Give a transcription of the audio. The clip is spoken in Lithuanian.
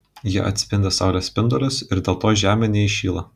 jie atspindi saulės spindulius ir dėl to žemė neįšyla